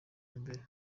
imbere